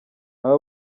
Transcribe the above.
aba